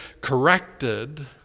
corrected